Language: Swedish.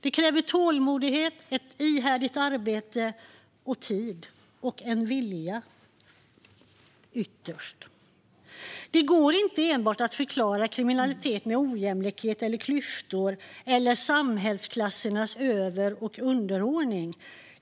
Det kräver tålmodighet, ett ihärdigt arbete, tid och ytterst en vilja. Det går inte att förklara kriminalitet enbart med ojämlikhet, klyftor eller samhällsklassernas över och underordning.